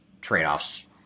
trade-offs